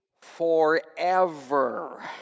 forever